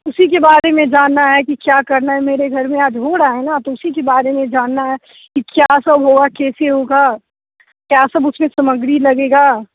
उसी के बारे में जानना है कि क्या करना है मेरे घर में आज हो रहा है है ना तो उसी के बारे में जानना है कि क्या सब होगा केसे होगा क्या सब उसमें सामग्री लगेगी